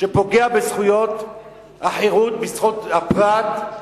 שפוגע בזכויות החירות, בזכויות הפרט.